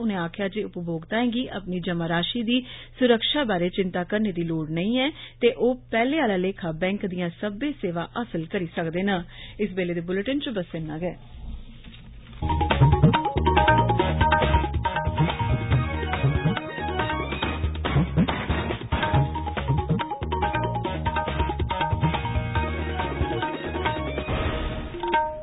उनें आक्खेआ जे उपभोक्ताएं गी अपनी जमाराशि दी स्रक्षा बारै चिन्ता करने दी लोड़ नेई ऐ ते ओह पैहले आला लेखा गै बैंक दियां सब्बै सेवां हासल करी सकडन